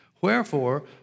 Wherefore